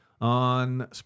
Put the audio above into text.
On